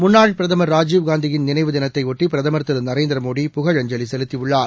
முன்னாள் பிரதமர் ராஜீவ்காந்தியின் நினைவு தினத்தையொட்டி பிரதமர் திருநரேந்திரமோடி புகழஞ்சலிசெலுத்தியுள்ளார்